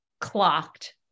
clocked